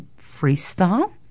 freestyle